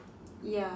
ya